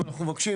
ואנחנו מבקשים,